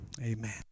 amen